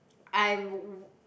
I'm w~ w~